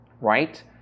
Right